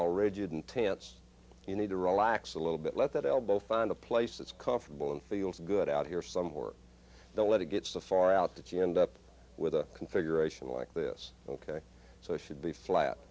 all rigid and tense you need to relax a little bit let that elbow find a place that's comfortable and feels good out here some work to let it get so far out that you end up with a configuration like this ok so it should be flat